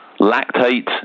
lactate